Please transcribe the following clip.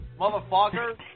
motherfucker